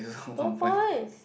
two points